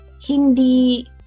hindi